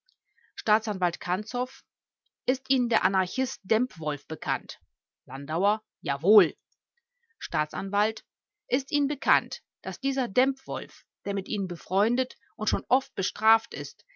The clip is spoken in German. staatsanwalt kanzow ist ihnen der anarchist dempwolff bekannt landauer jawohl staatsanwalt ist ihnen bekannt daß dieser dempwolff der ihnen befreundet und schon oft bestraft ist